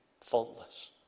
Faultless